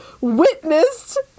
witnessed